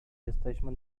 jesteśmy